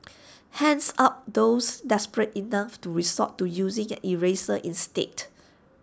hands up those desperate enough to resort to using an eraser instead